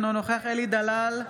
אינו נוכח אלי דלל,